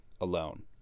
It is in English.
alone